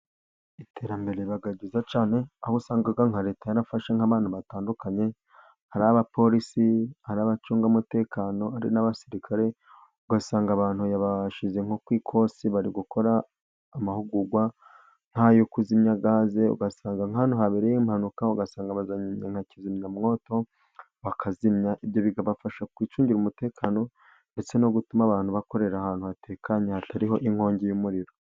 Iterambere riba ryiza cyane, aho usanga nka Leta yarafashe nk'abantu batandukanye, ari abapolisi, ari abacunga umutekano; ari n'abasirikare, ugasanga abantu yabashize nko ku ikose, bari gukora amahugurwa nk'ayo kuzimya gaze; ugasanga nk'ahantu habereye impanuka ugasanga bazanye nka kizimyamwoto, bakazimya. Ibyo bikabafasha kwicungira umutekano, ndetse no gutuma abantu bakorera ahantu hatekanye hatariho inkongi y'umuriro.